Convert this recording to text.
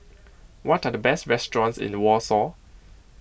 what are the best restaurants in Warsaw